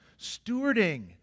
stewarding